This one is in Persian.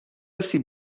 سیب